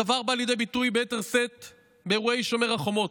הדבר בא לידי ביטוי ביתר שאת באירועי שומר החומות,